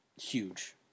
huge